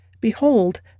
Behold